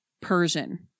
Persian